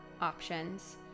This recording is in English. options